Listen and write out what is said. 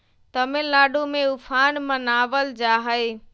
तमिलनाडु में उफान मनावल जाहई